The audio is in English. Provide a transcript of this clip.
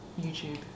youtube